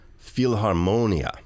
philharmonia